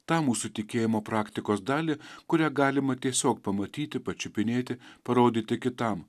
tą mūsų tikėjimo praktikos dalį kurią galima tiesiog pamatyti pačiupinėti parodyti kitam